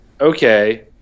okay